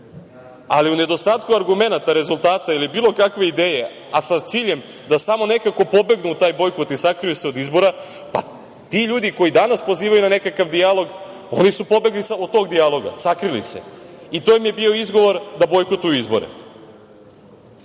u nedostatku argumenata, rezultata ili bilo kakve ideje, a sa ciljem da samo nekako pobegnu u taj bojkot i sakriju se od izbora, ti ljudi koji danas pozivaju na nekakav dijalog, oni su pobegli od tog dijaloga, sakrili se i to im je bio izgovor da bojkotuju izbore. Time